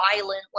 violent